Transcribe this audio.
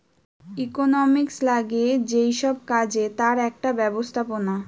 economics লাগে যেই সব কাজে তার একটা ব্যবস্থাপনা